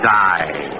die